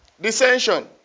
dissension